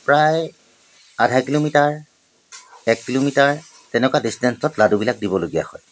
প্ৰায় আধা কিলোমিটাৰ এক কিলোমিটাৰ তেনেকুৱা ডিচটেন্সত লাডুবিলাক দিবলগীয়া হয়